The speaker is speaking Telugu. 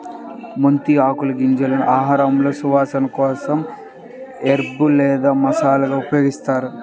మెంతి ఆకులు, గింజలను ఆహారంలో సువాసన కోసం హెర్బ్ లేదా మసాలాగా ఉపయోగిస్తారు